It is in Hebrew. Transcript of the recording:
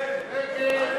ההסתייגות